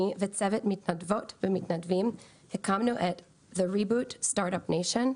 אני וצוות מתנדבות ומתנדבים הקמנו את סטארט אף ניישן,